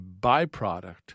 byproduct